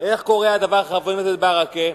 חבר הכנסת ברכה,